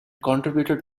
contributed